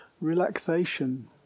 relaxation